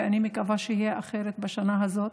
ואני מקווה שיהיה אחרת בשנה הזאת.